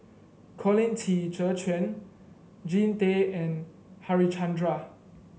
Colin Qi Zhe Quan Jean Tay and Harichandra